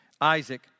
Isaac